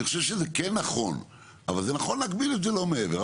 אני חושב שזה כן נכון אבל זה נכון להגביל את זה לא מעבר,